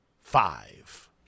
five